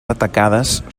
atacades